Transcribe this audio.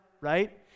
right